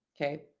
Okay